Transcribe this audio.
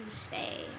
say